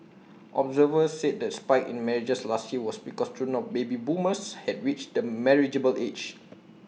observers said the spike in marriages last year was because children of baby boomers had reached marriageable age